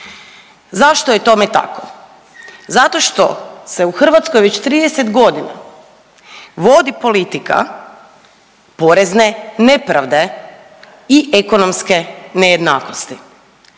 Zašto je tome tako? Zato što se u Hrvatskoj već 30 godina vodi politika porezne nepravde i ekonomske nejednakosti.